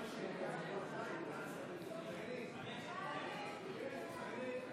הסתייגות 19 לא נתקבלה.